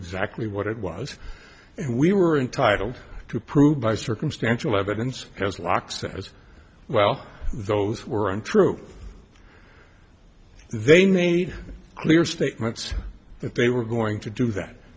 exactly what it was and we were entitled to prove by circumstantial evidence as locke said as well those were untrue they made clear statements that they were going to do that